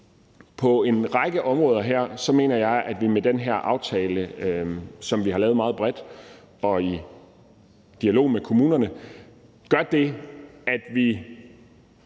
i en kortere periode. Alt i alt mener jeg, at vi med den her aftale, som vi har lavet meget bredt og i dialog med kommunerne, gør det, at vi